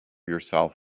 yourself